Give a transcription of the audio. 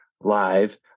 live